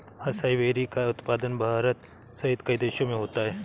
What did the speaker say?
acai berry का उत्पादन भारत सहित कई देशों में होता है